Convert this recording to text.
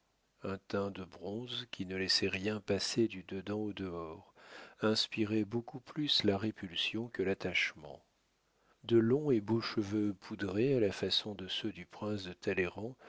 un teint de bronze qui ne laissait rien passer du dedans au dehors inspiraient beaucoup plus la répulsion que l'attachement de longs et beaux cheveux poudrés à la façon de ceux du prince de talleyrand